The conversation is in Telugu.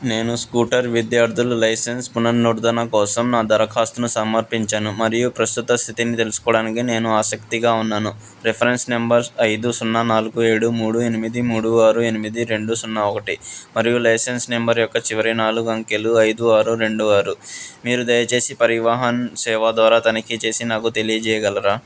నేను స్కూటర్ విద్యార్థులు లైసెన్స్ పునరుద్ధరణ కోసం నా దరఖాస్తును సమర్పించాను మరియు ప్రస్తుత స్థితిని తెలుసుకోవడానికి నేను ఆసక్తిగా ఉన్నాను రిఫరెన్స్ నెంబర్స్ ఐదు సున్నా నాలుగు ఏడు మూడు ఎనిమిది మూడు ఆరు ఎనిమిది రెండు సున్నా ఒకటి మరియు లైసెన్స్ నెంబర్ యొక్క చివరి నాలుగు అంకెలు ఐదు ఆరు రెండు ఆరు మీరు దయచేసి పరివాహాన్ సేవ ద్వారా తనిఖీ చేసి నాకు తెలియజేయగలరా